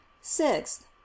Sixth